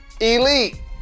Elite